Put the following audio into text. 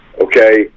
okay